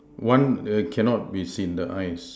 one err cannot be seen the eyes